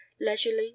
leisurely